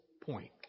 point